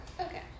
Okay